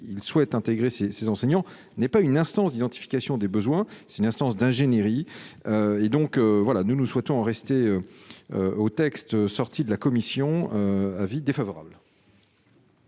il souhaite intégrer ces ces enseignants n'est pas une instance d'identification des besoins c'est une instance d'ingénierie et donc voilà, nous, nous souhaitons rester au texte sorti de la commission avis défavorable.